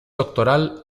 doctoral